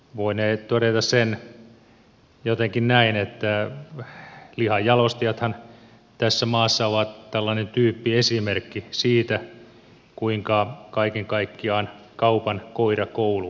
voinee todeta sen jotenkin näin että lihanjalostajathan tässä maassa ovat tällainen tyyppiesimerkki siitä kuinka kaiken kaikkiaan kaupan koirakoulu toimii